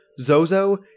Zozo